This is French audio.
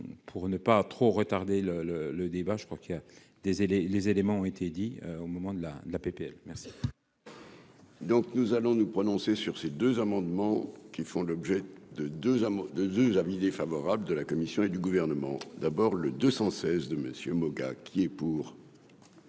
pour ne pas trop retarder le le le débat, je crois qu'il y a des et les les éléments ont été dit au moment de la de la PPL merci. Donc nous allons nous prononcer sur ces deux amendements qui font l'objet de 2 à, de 2 avis défavorable de la Commission et du gouvernement, d'abord le 216 de messieurs Moga, qui est pour.